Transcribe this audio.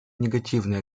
негативные